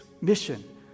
mission